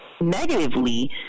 negatively